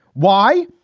why?